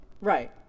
right